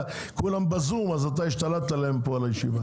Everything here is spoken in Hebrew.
כולם בזום אז אתה השתלטת להם פה על הישיבה.